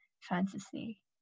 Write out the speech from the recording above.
fantasy